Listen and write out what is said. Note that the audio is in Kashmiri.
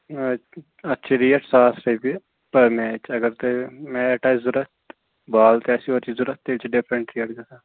اَتھ چھِ ریٹ ساس رۄپیہِ پٔر میچ اَگر تۄہہِ میٹ آسہِ ضروٗرت بال تہِ آسہِ یورٕچی ضروٗرت تیٚلہِ چھِ ڈِفرَنٛٹ ریٹ گژھان